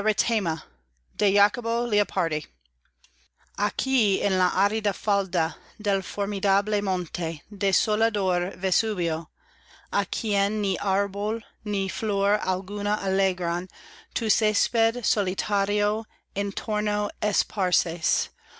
aquí en la árida falda del formidable monte desolador vesubio á quien ni árbol ni flor alguna alegran tu césped solitario